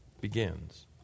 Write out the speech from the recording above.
begins